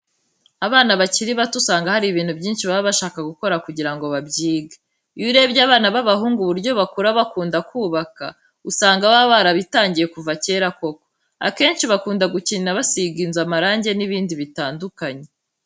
Abana bakiri bato usanga hari ibintu byinshi baba bashaka gukora kugira ngo babyige. Iyo urebye abana b'abahungu uburyo bakura bakunda kubaka, usanga baba barabitangiye kuva kera koko akenshi bakunda gukina basiga inzu amarange n'ibindi bitandukanye.